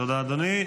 תודה אדוני.